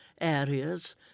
areas